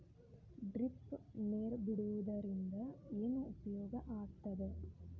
Drip ನೇರ್ ಬಿಡುವುದರಿಂದ ಏನು ಉಪಯೋಗ ಆಗ್ತದ?